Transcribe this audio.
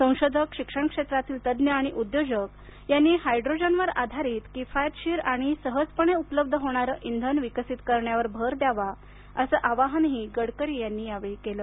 संशोधक शिक्षण क्षेत्रातील तज्ज्ञ आणि उद्योजक यांनी हायड्रोजनवर आधारित किफायतशीर आणि सहजपणे उपलब्ध होणारे इंधन विकसित करण्यावर भर द्यावा असं आवाहनही गडकरी यांनी यावेळी केलं